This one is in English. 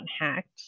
hacked